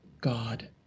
God